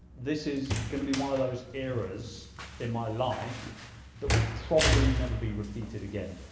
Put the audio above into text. this is gonna be one of those eras in my life that will probably never be repeated again.